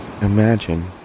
Imagine